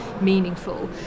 meaningful